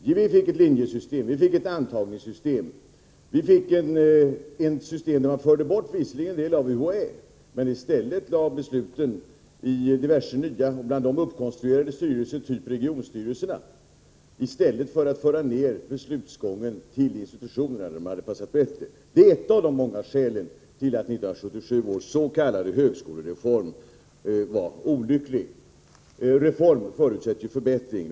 Vi fick ett linjesystem, vi fick ett antagningssystem, vi fick ett system där man visserligen förde bort en del av UHÄ men i stället lade besluten i diverse nya organ — bland dem uppkonstruerade styrelser av typen regionstyrelser — i stället för att föra ned beslutsgången till institutionerna, där det hade passat bättre att fatta besluten. Det är ett av de många skälen till att 1977 års s.k. högskolereform var olycklig. Reform förutsätter ju förbättring.